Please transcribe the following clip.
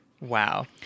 wow